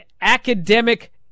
academic